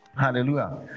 hallelujah